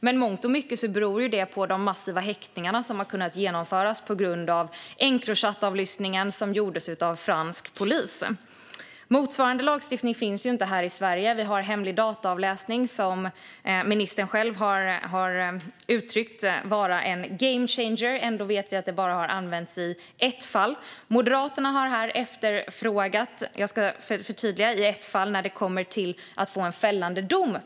Men i mångt och mycket beror ju detta på de massiva häktningar som har kunnat genomföras tack vare Encrochat-avlyssningen, som gjordes av fransk polis. Motsvarande lagstiftning finns inte här i Sverige. Vi har hemlig dataavläsning, som enligt ministern själv är en game-changer. Ändå vet jag att det bara har använts i ett fall för att få en fällande dom.